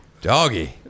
Doggy